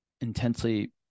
intensely